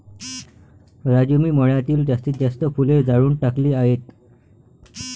राजू मी मळ्यातील जास्तीत जास्त फुले जाळून टाकली आहेत